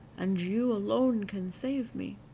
and you alone can save me.